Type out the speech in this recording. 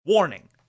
Warning